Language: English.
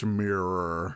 mirror